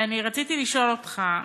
ורציתי לשאול אותך: